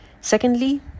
Secondly